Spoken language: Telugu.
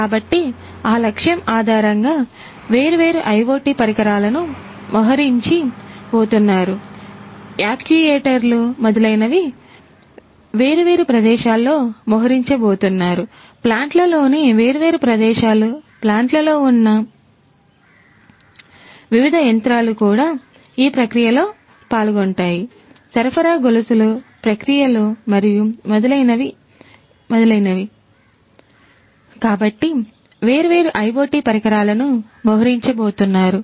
కాబట్టి ఆ లక్ష్యం ఆధారంగా వేర్వేరు IoT పరికరాలను మోహరించ బోతున్నారు